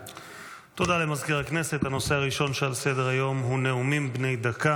מאת חברי הכנסת ניסים ואטורי ואלי דלל,